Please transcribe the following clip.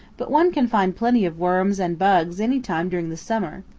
but one can find plenty of worms and bugs any time during the summer.